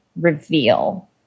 reveal